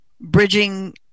bridging